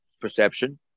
perception